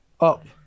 up